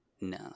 No